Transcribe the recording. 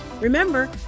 Remember